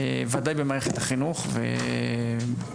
וודאי במערכת החינוך ובפרט,